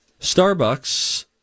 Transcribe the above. Starbucks